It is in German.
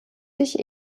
sich